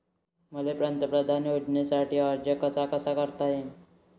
मले पंतप्रधान योजनेसाठी अर्ज कसा कसा करता येईन?